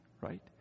right